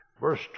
verse